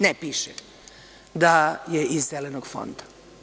Ne piše da je iz Zelenog fonda.